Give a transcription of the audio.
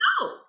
no